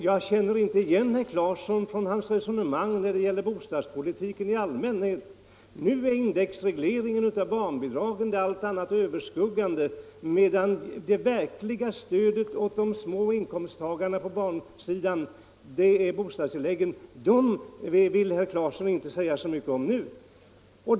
Jag känner inte igen herr Claeson från hans resonemang när det gäller bostadspolitiken i allmänhet. Nu är indexregleringen av barnbidragen det allt annat överskuggande intresset, medan herr Claeson inte vill säga så mycket om det verkliga stödet åt de små inkomsttagarna på barnfamiljssidan, nämligen bostadstilläggen.